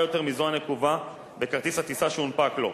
יותר מזו הנקובה בכרטיס הטיסה שהונפק לו.